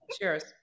Cheers